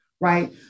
right